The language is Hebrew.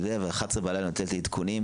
בשעה אחת-עשרה בלילה היא נתנה לי עדכונים.